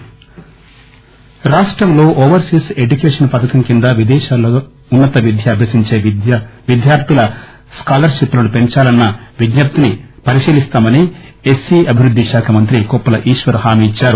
MSL overseas రాష్టంలో overseas education పథకం కింద విదేశాలలో ఉన్నత విద్య అభ్యసించే విద్యార్థుల స్కాలప్ షిప్ లను పెంచాలన్న విజ్న ప్తిని పరిశీలిస్తామని ఎస్ సి అభివృద్ది శాఖ మంత్రి కొప్పుల ఈశ్వర్ హామీ ఇచ్చారు